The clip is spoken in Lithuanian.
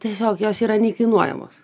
tiesiog jos yra neįkainuojamos